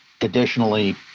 additionally